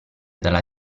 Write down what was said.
dalla